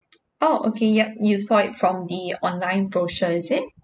oh okay yup you saw it from the online brochure is it